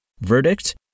Verdict